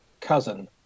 cousin